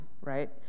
right